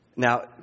Now